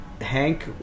hank